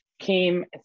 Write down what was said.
Came